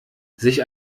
sich